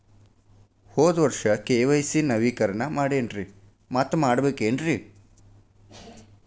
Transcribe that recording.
ಹೋದ ವರ್ಷ ಕೆ.ವೈ.ಸಿ ನವೇಕರಣ ಮಾಡೇನ್ರಿ ಮತ್ತ ಮಾಡ್ಬೇಕೇನ್ರಿ?